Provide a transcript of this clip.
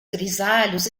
grisalhos